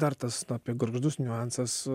dar tas apie gargždus niuansas